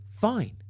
fine